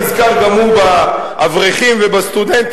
נזכר גם הוא באברכים ובסטודנטים,